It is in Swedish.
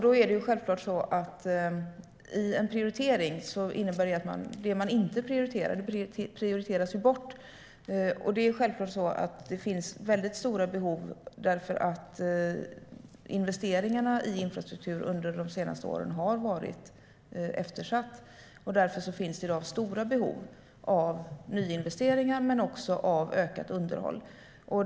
Då är det självklart så att en prioritering innebär att det man inte prioriterar prioriteras bort. Investeringarna i infrastruktur under de senaste åren har varit eftersatta, och därför finns det i dag stora behov av nyinvesteringar och också av ökat underhåll.